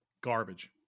Garbage